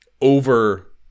over